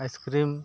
ice cream